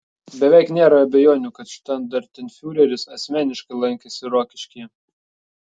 beveik nėra abejonių kad štandartenfiureris asmeniškai lankėsi rokiškyje